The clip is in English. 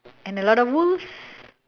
and a lot of wolves